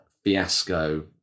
Fiasco